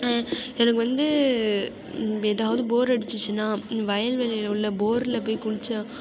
எனக்கு வந்து எதாவுது போர் அடிச்சிச்சுனா வயல்வெளியில் உள்ள போரில் போயி குளித்தா